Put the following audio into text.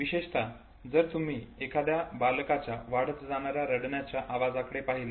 विशेषत जर तुम्ही एखाद्या बालकाच्या वाढत जाणाऱ्या रडण्याच्या आवाजाकडे पहिले